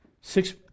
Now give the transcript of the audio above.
Six